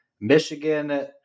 Michigan